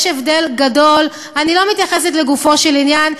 יש הבדל גדול אני לא מתייחסת לגופו של עניין,